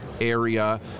area